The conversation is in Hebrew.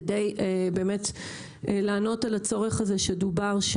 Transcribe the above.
כדי לענות על הצורך הזה שדובר.